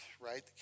right